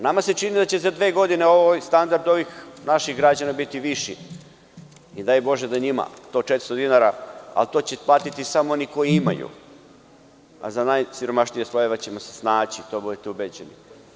Nama se čini da će za dve godine standard naših građana biti viši i daj bože da njima tih 400 dinara, a to će platiti samo oni koji imaju, a za najsiromašnije slojeve ćemo se snaći, budite ubeđeni.